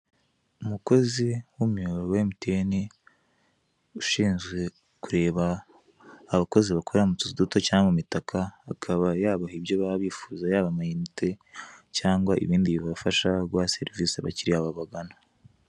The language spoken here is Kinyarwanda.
Umukozi w'umuyoboro wa emutiyene, ushinzwe kureba abakozi bakorera mutuzu duto cyangwa mu mitaka akaba yabaha ibyo baba bifuza yaba amayinite cyangwa ibindi bibafasha guha serivise abakiriya babagana.